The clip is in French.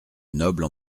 noble